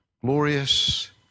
glorious